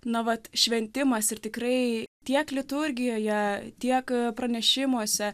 nuolat šventimas ir tikrai tiek liturgijoje tiek pranešimuose